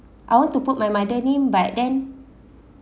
I want to put my mother name but then